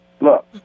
look